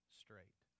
straight